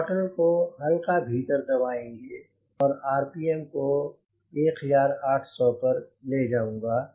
throttle को हल्का भीतर दबाएंगे और आरपीएम को 1800 पर ले जाऊंगा